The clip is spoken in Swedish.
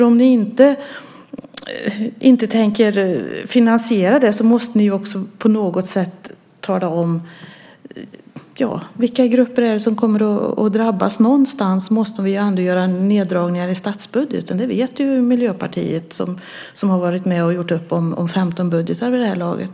Om ni inte tänker finansiera det måste ni på något sätt tala om vilka grupper det är som kommer att drabbas. Någonstans måste vi ändå göra neddragningar i statsbudgeten. Det vet ju Miljöpartiet som har varit med och gjort upp om 15 budgetar vid det här laget.